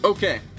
Okay